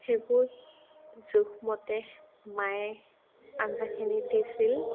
সেইবোৰ জোখমতে মায়ে আঞ্জাখিনিত দিছিল